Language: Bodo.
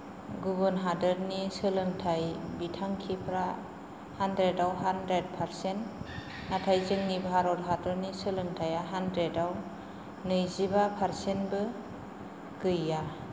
गुबुन हादोरनि सोलोंथाय बिथांखिफ्रा हानद्रेदाव हानद्रेद फारसेन्त नाथाय जोंनि भारत हादरनि सोलोंथाया हानद्रेदाव नैजिबा फार्सेन्तबो गैया